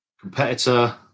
competitor